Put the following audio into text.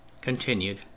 Continued